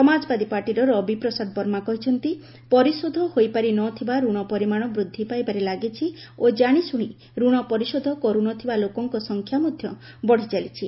ସମାଜବାଦୀ ପାର୍ଟିର ରବି ପ୍ରସାଦ ବର୍ମା କହିଚ୍ଚନ୍ତି ପରିଶୋଧ ହୋଇପାରି ନଥିବା ଋଣ ପରିମାଣ ବୃଦ୍ଧି ପାଇବାରେ ଲାଗିଛି ଓ ଜାଣିଶୁଣି ଋଣ ପରିଶୋଧ କରୁନଥିବା ଲୋକଙ୍କ ସଂଖ୍ୟା ମଧ୍ୟ ବଢ଼ିଚାଲିଛି